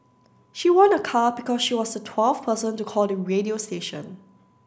she won a car because she was the twelfth person to call the radio station